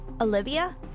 Olivia